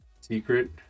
secret